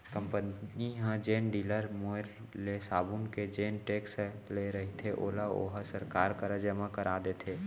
company ह जेन dealer मेर ले साबून के जेन टेक्स ले रहिथे ओला ओहा सरकार करा जमा करा देथे